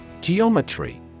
Geometry